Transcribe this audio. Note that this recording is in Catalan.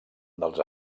dels